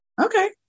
okay